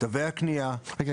תווי הקנייה --- רגע,